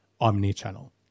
omni-channel